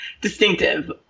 distinctive